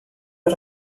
los